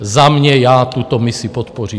Za mě já tuto misi podpořím.